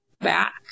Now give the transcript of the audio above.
back